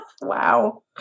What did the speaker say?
Wow